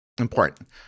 important